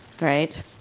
right